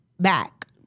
back